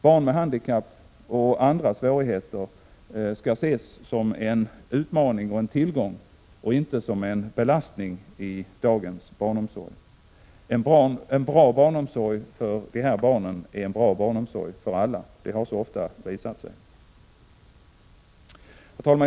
Barn med handikapp och andra svårigheter skall ses som en utmaning och en tillgång och inte som en belastning i dagens barnomsorg. En bra barnomsorg = Prot. 1986/87:135 för de här barnen är en bra omsorg för alla, det har så ofta visat sig. 3juni 1987 Herr talman!